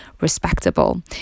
respectable